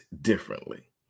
differently